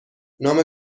نام